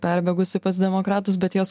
perbėgusi pas demokratus bet jos